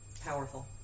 powerful